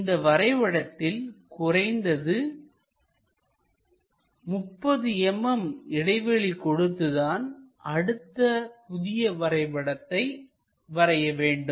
இந்த வரைபடத்தில் குறைந்தது 30 mm இடைவெளி கொடுத்து தான் அடுத்த புதிய வரைபடத்தை வரைய வேண்டும்